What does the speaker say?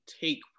take